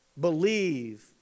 believe